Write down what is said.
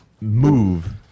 move